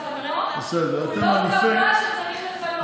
בסדר, אתם אלופי, הוא לא קבע שצריך לפנות.